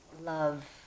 love